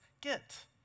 get